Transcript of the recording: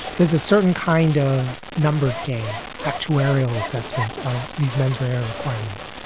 there's a certain kind of numbers game, actuarial assessments of these menswear requirements.